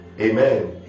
Amen